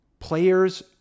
Players